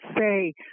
say